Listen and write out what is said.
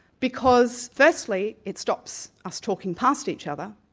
because firstly it stops us talking past each other,